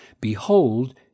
Behold